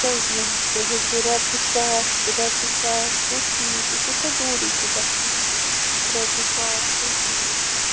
تہٕ حَظ نہٕ حَظ سُہ حَظ گوٚو رۄپیہِ ساس رۄپیہِ ساس چھُو ٹھیٖکھ یہِ کوٗتاہ دوٗرے چھُ گژھُن رۄپیہِ ساس چھُو ٹھیٖکھ